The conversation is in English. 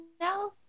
now